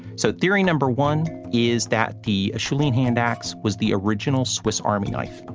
so theory number one is that the acheulean hand axe was the original swiss army knife,